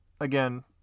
again